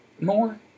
more